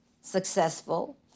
successful